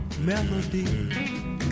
melody